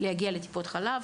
להגיע לטיפות החלב.